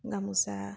গামোচা